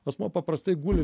asmuo paprastai guli